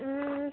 ꯎꯝ